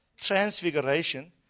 Transfiguration